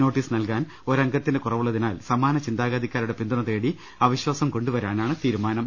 notice നൽകാൻ ഒരംഗത്തിന്റെ കുറവുള്ളതിനാൽ സമാന ചിന്താഗതിക്കാരുടെ പിന്തുണ തേടി അവിശാസം കൊണ്ടു വരാനാണ് തീരുമാനം